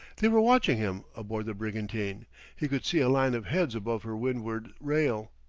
they were watching him, aboard the brigantine he could see a line of heads above her windward rail.